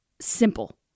Simple